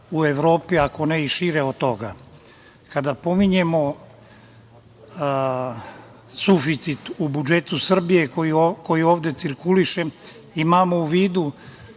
u Evropi, ako ne i šire od toga. Kada pominjemo suficit u budžetu Srbije koji ovde cirkuliše, imamo u vidu